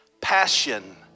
passion